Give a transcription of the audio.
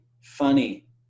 funny